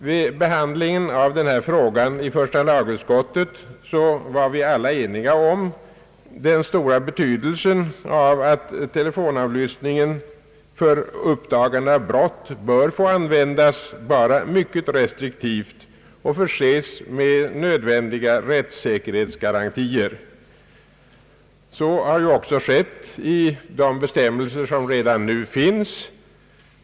Vid behandlingen i första lagutskottet av denna fråga var vi alla eniga om den stora betydelsen av att telefonavlyssning för uppdagande av brott bör få användas mycket restriktivt och att den måste förses med nödvändiga rättssäkerhetsgarantier. Så har också skett i de bestämmelser som redan finns.